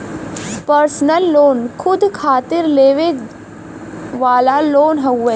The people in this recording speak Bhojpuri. पर्सनल लोन खुद खातिर लेवे वाला लोन हउवे